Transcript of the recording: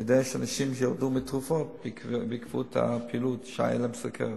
אני יודע שיש אנשים שהיתה להם סוכרת